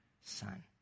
son